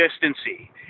consistency